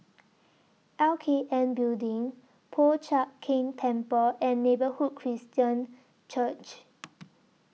L K N Building Po Chiak Keng Temple and Neighbourhood Christian Church